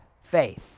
faith